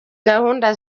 gahunda